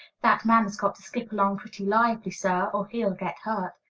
that man has got to skip along pretty lively, sir, or he'll get hurt.